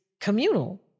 communal